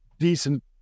decent